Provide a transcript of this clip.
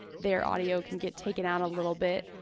their audio can get taken out a little bit.